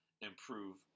improve